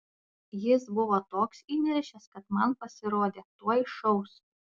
jis buvo toks įniršęs kad man pasirodė tuoj šaus